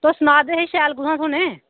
तुस सना दे हे शैल कुत्थां थ्होने